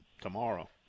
tomorrow